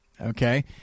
Okay